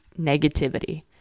negativity